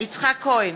יצחק כהן,